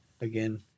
Again